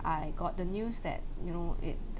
I got the news that you know it